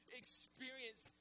experience